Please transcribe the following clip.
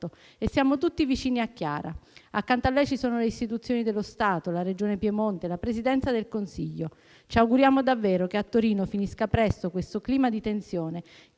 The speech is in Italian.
e siamo tutti vicini a Chiara. Accanto a lei ci sono le istituzioni dello Stato, la Regione Piemonte, la Presidenza del Consiglio. Ci auguriamo davvero che a Torino finisca presto questo clima di tensione